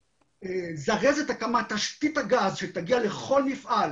לזרז את הקמת תשתית הגז שתגיע לכל מפעל,